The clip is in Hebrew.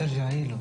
מכיוון